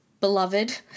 Beloved